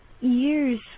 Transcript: years